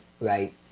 right